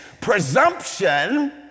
presumption